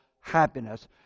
happiness